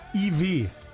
EV